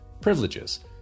privileges